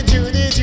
Judy